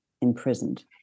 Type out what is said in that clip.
Imprisoned